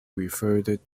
referred